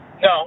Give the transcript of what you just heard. No